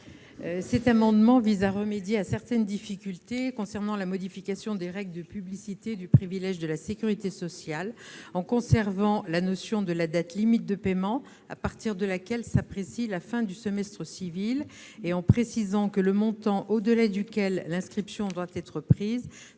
amendement vise à remédier à certaines difficultés relatives à la modification des règles de publicité du privilège de la sécurité sociale, en conservant la notion de la date limite de paiement à partir de laquelle s'apprécie la fin du semestre civil et en précisant que le montant au-delà duquel l'inscription doit être prise